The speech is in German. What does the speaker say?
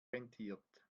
rentiert